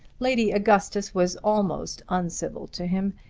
lady augustus was almost uncivil to him,